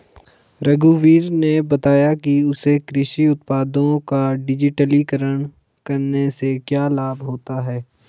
रघुवीर ने बताया कि उसे कृषि उत्पादों का डिजिटलीकरण करने से क्या लाभ होता है